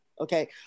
okay